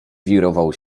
wirował